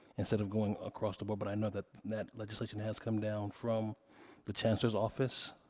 instead of going across the board. but i know that that legislation has come down from the chancellor's office,